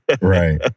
Right